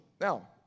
Now